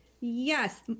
Yes